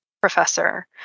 professor